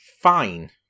Fine